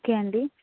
okay అండి